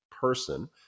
person